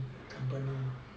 company